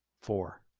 Four